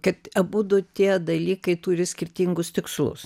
kad abudu tie dalykai turi skirtingus tikslus